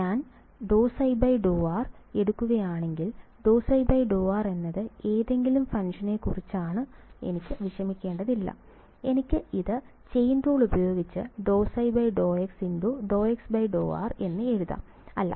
അതിനാൽ ഞാൻ dψdr എടുക്കുകയാണെങ്കിൽ dψdr എന്നത് ഏതെങ്കിലും ഫംഗ്ഷനെക്കുറിച്ചാണ് എനിക്ക് വിഷമിക്കേണ്ടത് എനിക്ക് അത് ചെയിൻ റൂൾ ഉപയോഗിച്ച് dψdx dxdr എന്ന് എഴുതാം